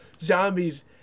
Zombies